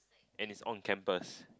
and it's on campus